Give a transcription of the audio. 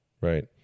right